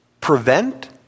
prevent